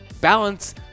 balance